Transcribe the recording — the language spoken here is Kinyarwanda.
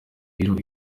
rero